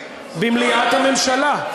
במליאת הממשלה.